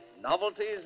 Novelties